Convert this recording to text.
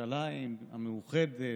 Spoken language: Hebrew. ירושלים המאוחדת,